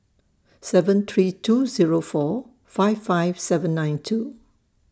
seven three two Zero four five five seven nine two